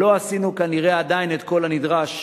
עדיין לא עשינו כנראה את כל הנדרש